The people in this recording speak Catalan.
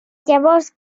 llavors